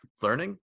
learning